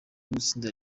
w’itsinda